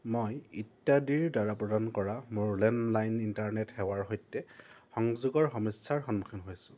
মই ইত্যাদিৰদ্বাৰা প্ৰদান কৰা মোৰ লেণ্ডলাইন ইণ্টাৰনেট সেৱাৰ সৈতে সংযোগৰ সমস্যাৰ সন্মুখীন হৈছোঁ